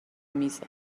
میزه